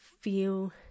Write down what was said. feel